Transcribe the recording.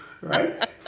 right